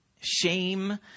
shame